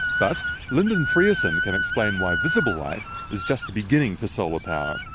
but lyndon frearson can explain why visible light is just the beginning for solar power.